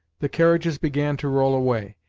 the carriages began to roll away,